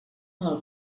mal